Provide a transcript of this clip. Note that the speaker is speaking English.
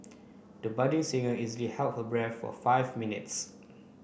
the budding singer easily held her breath for five minutes